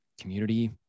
community